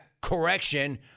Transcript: Correction